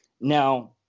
Now